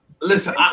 Listen